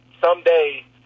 someday